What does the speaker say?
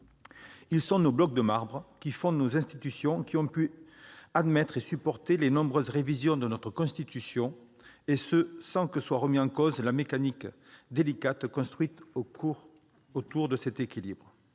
Ils sont nos blocs de marbre qui fondent nos institutions et qui ont pu admettre et supporter les nombreuses révisions de notre Constitution, et ce sans que soit remise en cause cette mécanique délicate construite autour de cet équilibre.